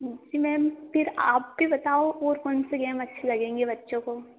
जी ma'am फिर आप ही बताओ और कौन सी गेम अच्छी लगेंगी बच्चों को